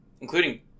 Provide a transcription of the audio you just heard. including